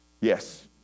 Yes